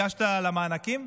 הגשת לקבל מענקים?